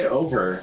over